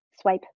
Swipe